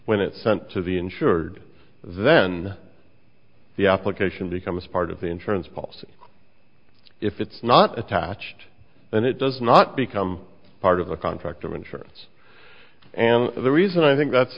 when it sent to the insured then the application becomes part of the insurance policy if it's not attached and it does not become part of the contract of insurance and the reason i think that's